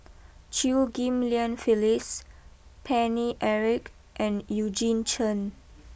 Chew Ghim Lian Phyllis Paine Eric and Eugene Chen